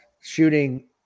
shooting